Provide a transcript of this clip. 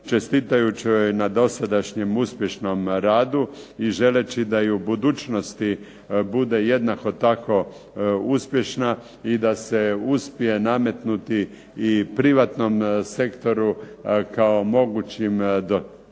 čestitajući joj na dosadašnjem uspješnom radu i želeći da i u budućnosti bude jednako tako uspješna i da se uspije nametnuti i privatnom sektoru kao mogućim donatorima